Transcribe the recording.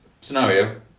scenario